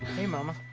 hey, mama.